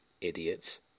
Idiots